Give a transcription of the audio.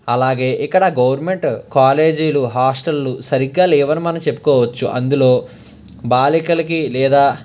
అలాగే ఇక్కడ గవర్నమెంట్ కాలేజీలు హాస్టల్లు సరిగ్గా లేవని మనం చెప్పుకోవచ్చు అందులో బాలికలకి లేదా